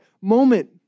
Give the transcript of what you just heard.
moment